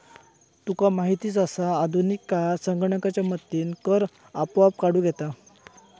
तुका माहीतच आसा, आधुनिक काळात संगणकाच्या मदतीनं कर आपोआप काढूक येता